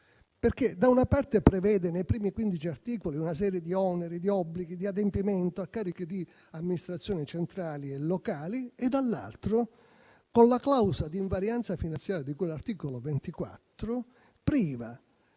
perché - da una parte - prevede nei primi quindici articoli una serie di oneri, di obblighi, di adempimenti a carico di amministrazioni centrali e locali e - dall'altra parte - con la clausola di invarianza finanziaria di cui all'articolo 24 priva